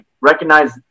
recognize